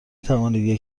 توانید